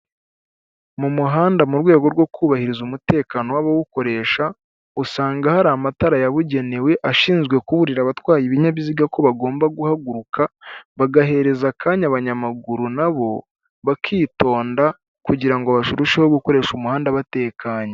Mu muhanda mu rwego rwo kubahiriza umutekano w'abawukoresha, usanga hari amatara yabugenewe ashinzwe kuburira abatwaye ibinyabiziga ko bagomba guhaguruka, bagahereza akanya abanyamaguru na bo, bakitonda kugirango ngo barusheho gukoresha umuhanda batekanye.